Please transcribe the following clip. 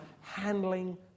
handling